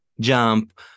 Jump